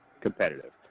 competitive